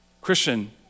Christian